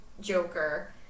Joker